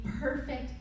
perfect